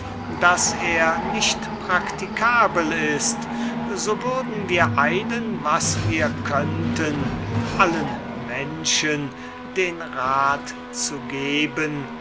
daß er nicht praktikabel ist so würden wir eilen was wir könnten allen menschen den rat zu geben